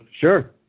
sure